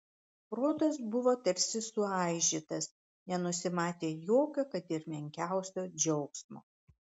protas buvo tarsi suaižytas nenusimatė jokio kad ir menkiausio džiaugsmo